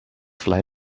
fly